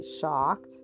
shocked